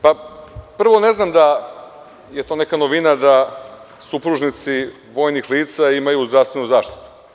Prvo, ne znam da je to neka novina da supružnici vojnih lica imaju zdravstvenu zaštitu.